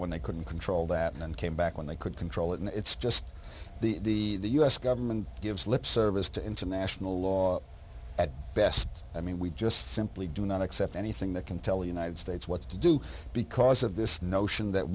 when they couldn't control that and came back when they could control it and it's just the u s government gives lip service to international law at best i mean we just simply do not accept anything that can tell the united states what to do because of this notion that